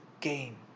game